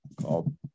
called